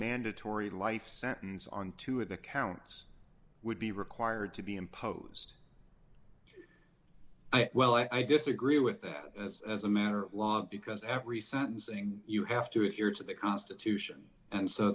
mandatory life sentence on two of the counts would be required to be imposed well i disagree with that as as a matter of law because every sentencing you have to adhere to the constitution and so